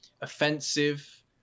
offensive